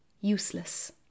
useless